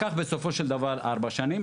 לקח בסופו של דבר ארבע שנים.